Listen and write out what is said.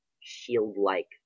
shield-like